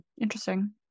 Interesting